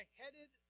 headed